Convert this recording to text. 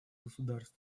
государств